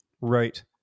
Right